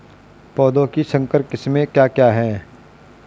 पौधों की संकर किस्में क्या क्या हैं?